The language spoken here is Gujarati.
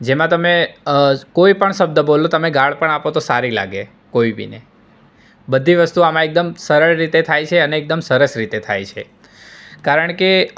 જેમાં તમે કોઈ પણ શબ્દો તમે બોલો ગાળ પણ બોલો તો મીઠી લાગે કોઈ બી ને બધી વસ્તુ આમાં એકદમ સરળ રીતે થાય છે અને એકદમ સરસ રીતે થાય છે કારણ કે